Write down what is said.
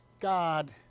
God